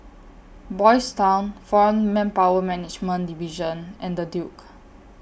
Boys' Town Foreign Manpower Management Division and The Duke